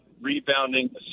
rebounding